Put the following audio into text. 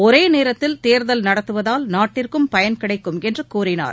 ஒரேநேரத்தில் தேர்தல் நடத்துவதால் நாட்டிற்கும் பயன் கிடைக்கும் என்றுகூறினார்